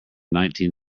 nineteen